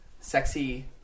sexy